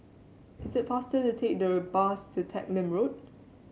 is it faster to take the bus to Teck Lim Road